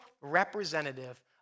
representative